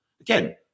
again